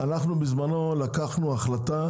בזמנו לקחנו החלטה